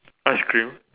ice cream